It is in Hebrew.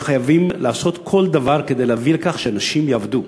זה שחייבים לעשות כל דבר כדי להביא לכך שאנשים יעבדו.